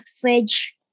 fridge